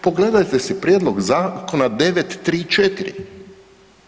Pogledajte si prijedlog zakona 934.